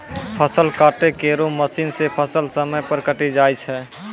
फसल काटै केरो मसीन सें फसल समय पर कटी जाय छै